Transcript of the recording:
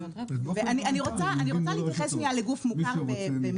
אני רוצה להתייחס ל"גוף מוכר".